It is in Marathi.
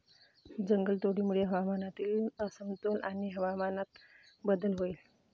जंगलतोडीमुळे हवामानातील असमतोल आणि हवामान बदल होईल